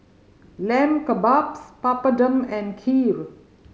Lamb Kebabs Papadum and Kheer